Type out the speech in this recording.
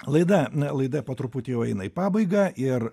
laida laida po truputį jau eina į pabaigą ir